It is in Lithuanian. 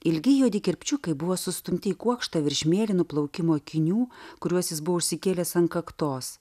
ilgi juodi kirpčiukai buvo sustumti į kuokštą virš mėlynų plaukimo akinių kuriuos jis buvo užsikėlęs ant kaktos